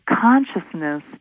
consciousness